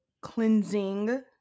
cleansing